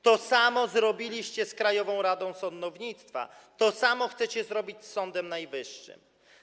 To samo zrobiliście z Krajową Radą Sądownictwa, to samo chcecie zrobić z Sądem Najwyższym.